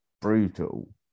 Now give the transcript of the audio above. brutal